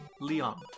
Leon